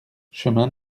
chemin